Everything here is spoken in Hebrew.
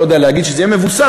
לא יודע להגיד שזה יהיה מבוסס,